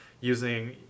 using